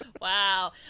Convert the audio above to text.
Wow